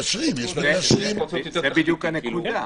זו בדיוק הנקודה.